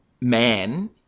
man